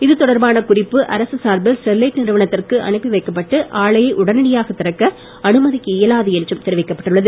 இது தொடர்பான குறிப்பு அரசு சார்பில் ஸ்டெர்லைட் நிறுவனத்திற்கு அனுப்பி வைக்கப்பட்டு ஆலையை உடனடியாக திறக்க அனுமதிக்க இயலாது என்றும் தெரிவிக்கப்பட்டுள்ளது